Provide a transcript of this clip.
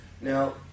Now